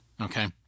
Okay